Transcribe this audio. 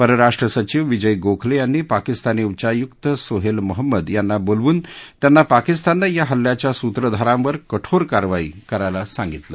परराष्ट्र सचिव विजय गोखले यांनी पाकिस्तानी उच्चायुक्त सोहेल मोहम्मद यांना बोलाऊन त्यांना पाकिस्ताननं या हल्ल्याच्या सूत्रधारांवर कठोर कारवाई करायला सांगितलं